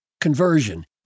conversion